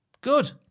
Good